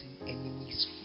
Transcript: enemies